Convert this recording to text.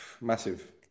Massive